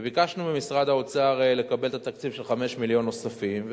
ביקשנו ממשרד האוצר לקבל את תקציב של 5 מיליון נוספים,